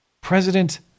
President